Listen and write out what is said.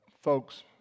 folks